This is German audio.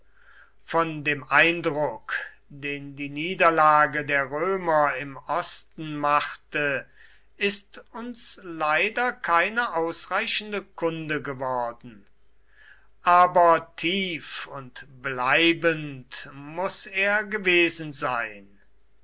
von dem eindruck den die niederlage der römer im osten machte ist uns leider keine ausreichende kunde geworden aber tief und bleibend muß er gewesen sein